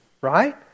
right